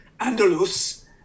Andalus